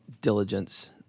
diligence